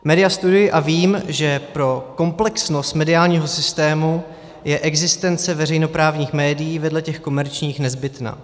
Média studuji a vím, že pro komplexnost mediálního systému je existence veřejnoprávních médií vedle těch komerčních nezbytná.